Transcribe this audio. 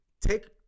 Take